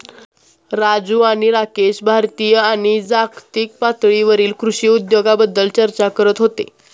राजू आणि राकेश भारतीय आणि जागतिक पातळीवरील कृषी उद्योगाबद्दल चर्चा करत होते